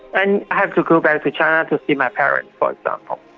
and have to go back to china to see my parents, for example.